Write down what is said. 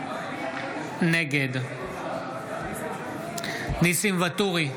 נגד ניסים ואטורי,